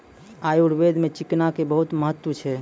आयुर्वेद मॅ चिकना के बहुत महत्व छै